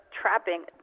trapping